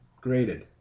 Graded